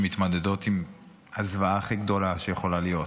שמתמודדות עם הזוועה הכי גדולה שיכולה להיות,